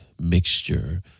mixture